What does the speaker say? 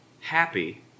happy